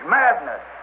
madness